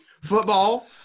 football